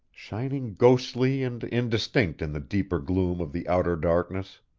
shining ghostly and indistinct in the deeper gloom of the outer darkness.